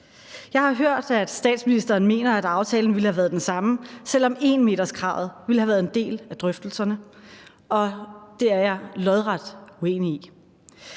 Jeg har hørt, at statsministeren mener, at aftalen ville have været den samme, selv om 1-meterskravet havde været en del af drøftelserne. Det er jeg lodret uenig i.